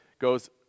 goes